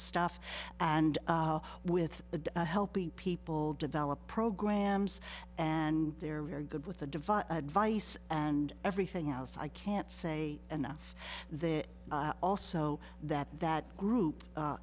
stuff and with the helping people develop programs and they're very good with the device advice and everything else i can't say enough they're also that that group a